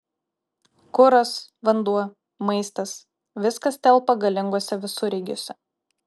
kuras vanduo maistas viskas telpa galinguose visureigiuose